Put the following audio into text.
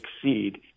succeed